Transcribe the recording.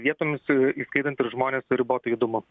vietomis įskaitant ir žmones su ribotu judumu